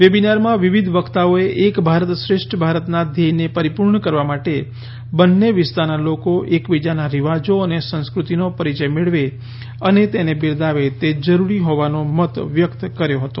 વેબિનારમાં વિવિધ વક્તાઓએ એક ભારત શ્રેષ્ઠ ભારતના ધ્યેયને પરિપૂર્ણ કરવા માટે બંને વિસ્તારના લોકો એકબીજાના રિવાજો અને સંસ્કૃતિનો પરિચય મેળવે અને તેને બિરદાવે તે જરૂરી હોવાનો મત વ્યક્ત કર્યો હતો